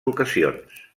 ocasions